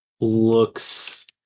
looks